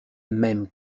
même